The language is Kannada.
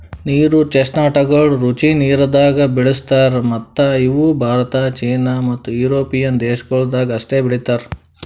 ನೀರು ಚೆಸ್ಟ್ನಟಗೊಳ್ ರುಚಿ ನೀರದಾಗ್ ಬೆಳುಸ್ತಾರ್ ಮತ್ತ ಇವು ಭಾರತ, ಚೀನಾ ಮತ್ತ್ ಯುರೋಪಿಯನ್ ದೇಶಗೊಳ್ದಾಗ್ ಅಷ್ಟೆ ಬೆಳೀತಾರ್